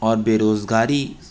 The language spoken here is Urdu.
اور بےروزگاری